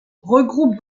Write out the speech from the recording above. regroupe